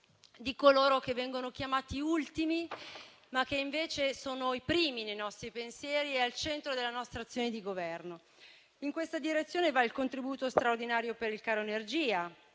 di coloro che vengono chiamati ultimi ma che, invece, sono i primi nei nostri pensieri e al centro della nostra azione di Governo. In questa direzione va il contributo straordinario per il caro energia,